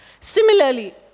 Similarly